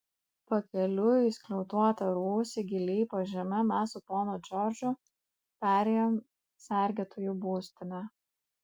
pakeliui į skliautuotą rūsį giliai po žeme mes su ponu džordžu perėjom sergėtojų būstinę